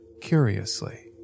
curiously